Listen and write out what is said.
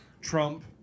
Trump